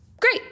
Great